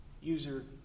user